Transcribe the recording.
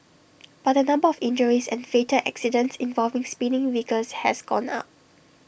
but the number of injuries and fatal accidents involving speeding vehicles has gone up